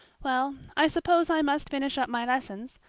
well, i suppose i must finish up my lessons.